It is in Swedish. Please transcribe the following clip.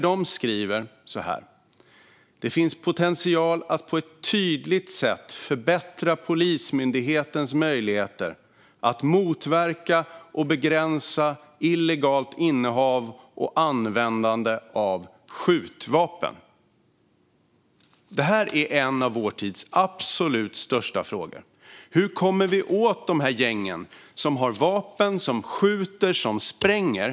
De skriver att det "finns potential att på ett tydligt sätt förbättra Polismyndighetens möjligheter att motverka och begränsa illegalt innehav och användande av skjutvapen". Det här är en av vår tids absolut största frågor: Hur kommer vi åt gängen som har vapen, som skjuter, som spränger?